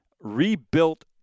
rebuilt